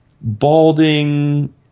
balding